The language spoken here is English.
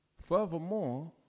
Furthermore